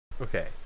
Okay